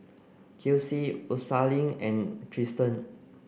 Kelsie Rosalyn and Triston